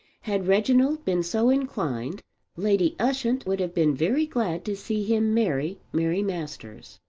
had reginald been so inclined lady ushant would have been very glad to see him marry mary masters.